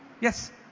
Yes